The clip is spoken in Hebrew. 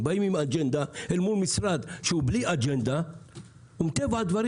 הם באים עם אג'נדה אל מול משרד שהוא בלי אג'נדה ומטבע הדברים